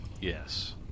Yes